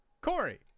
Corey